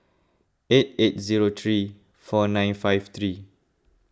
eight eight zero three four nine five three